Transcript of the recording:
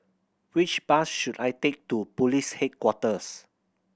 which bus should I take to Police Headquarters